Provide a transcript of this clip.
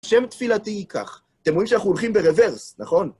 שם תפילתי היא כך, אתם רואים שאנחנו הולכים ברוורס, נכון?